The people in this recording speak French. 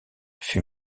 fut